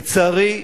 לצערי,